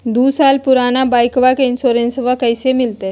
दू साल पुराना बाइकबा के इंसोरेंसबा कैसे मिलते?